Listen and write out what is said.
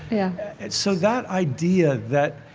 yeah so that idea that